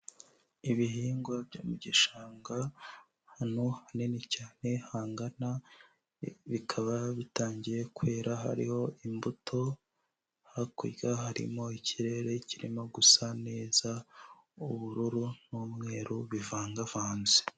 Ibihingwa byo mu gishanga ahantu hanini cyane hangana. Bikaba bitangiye kwera hariho imbuto. Hakurya harimo ikirere kirimo gusa neza ubururu n'umweru bivangavanze.